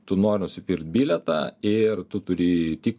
tu nori nusipirkt bilietą ir tu turi tik